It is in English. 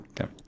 Okay